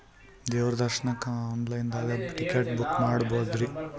ದೇವ್ರ ದರ್ಶನಕ್ಕ online ದಾಗ ಟಿಕೆಟ ಬುಕ್ಕ ಮಾಡ್ಬೊದ್ರಿ?